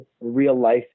real-life